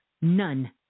None